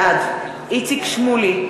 בעד איציק שמולי,